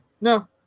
No